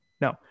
No